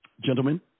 Gentlemen